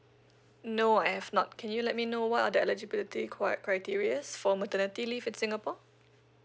no I have not can you let me know what are the eligibility cri~ criterias for maternity leave in singapore